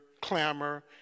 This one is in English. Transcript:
clamor